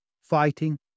fighting